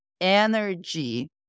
energy